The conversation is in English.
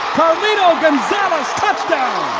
carlito gonzalez, touchdown!